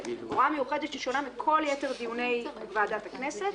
זו הוראה מיוחדת ששונה מכל יתר דיוני ועדת הכנסת.